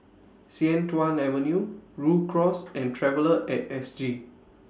Sian Tuan Avenue Rhu Cross and Traveller At S G